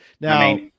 now